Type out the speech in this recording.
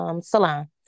salon